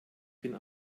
bin